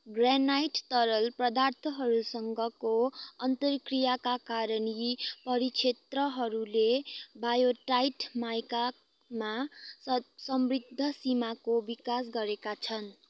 granite तरल प्रदार्थहरूसँगको अन्तरक्रियाका कारण यी परिक्षेत्रहरूले बायोटाइट माइकामा सत समृद्ध सीमाको विकास गरेका छन्